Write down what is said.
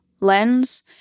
lens